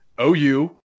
OU